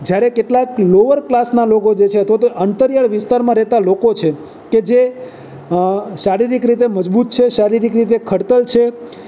જ્યારે કેટલાક લોઅર ક્લાસનાં લોકો જે છે અથવા તો અંતરિયાળ વિસ્તારમાં રહેતા લોકો છે કે જે શારીરિક રીતે મજબૂત છે શારીરિક રીતે ખડતલ છે